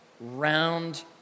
round